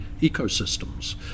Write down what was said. ecosystems